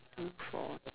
two four